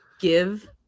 give